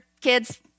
kids